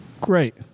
Great